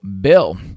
bill